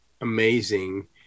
amazing